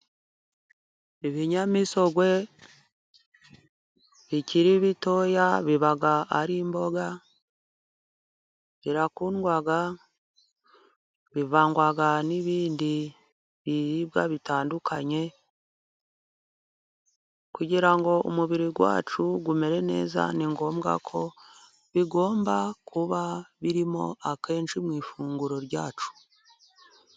Ibinyamisogwe bikiri bitoya biba ari imboga birakundwa, bivangwa n'ibindi biribwa bitandukanye kugira ngo umubiri wacu umere neza. Ni ngombwa ko bigomba kuba birimo akenshi mu ifunguro ryacu.